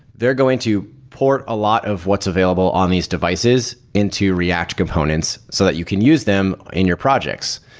they're going to pour a lot of what's available on these devices into react components so that you can use them in your projects.